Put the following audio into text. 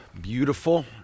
beautiful